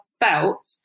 felt